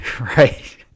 right